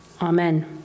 Amen